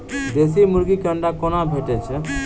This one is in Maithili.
देसी मुर्गी केँ अंडा कोना भेटय छै?